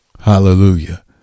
Hallelujah